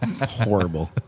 horrible